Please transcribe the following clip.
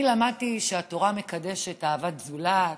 אני למדתי שהתורה מקדשת את אהבת הזולת,